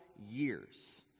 years